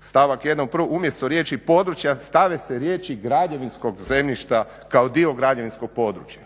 stavak 1.umjesto riječi područja stave se riječi građevinskog zemljišta kao dio građevinskog područja.